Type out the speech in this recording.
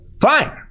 fine